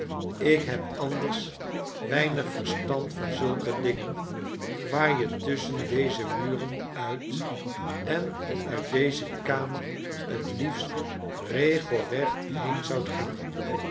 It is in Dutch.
ik heb anders weinig verstand van zulke dingen waar je tusschen deze muren uit en uit deze kamer het liefst regelrecht heen zoudt gaan